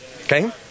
Okay